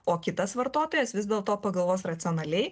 o kitas vartotojas vis dėlto pagalvos racionaliai